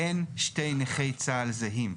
אין שני נכי צה"ל זהים.